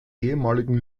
ehemaligen